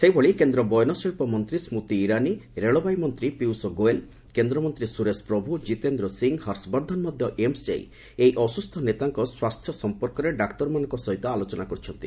ସେହିଭଳି କେନ୍ଦ୍ର ବୟନଶିଳ୍ପ ମନ୍ତ୍ରୀ ସ୍କୁତି ଇରାନୀ ରୋବାଇ ମନ୍ତ୍ରୀ ପୀୟୁଷ ଗୋଏଲ୍ କେନ୍ଦ୍ରମନ୍ତ୍ରୀ ସୁରେଶ ପ୍ରଭୁ କିତେନ୍ଦ୍ର ସିଂ ହର୍ଷବର୍ଦ୍ଧନ ମଧ୍ୟ ଏମ୍ସ୍ ଯାଇ ଏହି ଅସୁସ୍ଥ ନେତାଙ୍କ ସ୍ୱାସ୍ଥ୍ୟ ସମ୍ପର୍କରେ ଡାକ୍ତରମାନଙ୍କ ସହିତ ଆଲୋଚନା କରିଛନ୍ତି